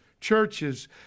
churches